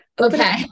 okay